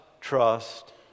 trust